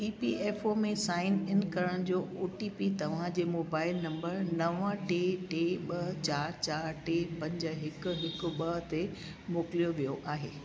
EPFO में sign in करण जो ओटीपी तव्हांजे मोबाइल नंबर नव टे टे ॿ चारि चारि टे पंज हिकु हिकु ॿ ते मोकिलियो वियो आहे